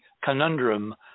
conundrum